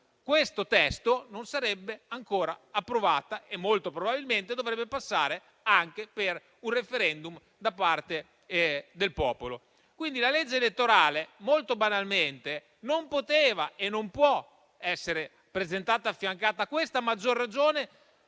questo testo, non sarebbe ancora stata approvata e molto probabilmente dovrebbe passare anche attraverso un *referendum* da parte del popolo. La legge elettorale, molto banalmente, non poteva e non può essere presentata come affiancata a questa, a maggior ragione